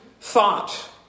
thought